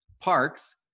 Parks